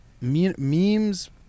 Memes